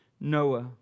Noah